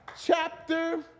chapter